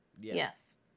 Yes